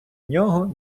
нього